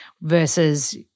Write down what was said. versus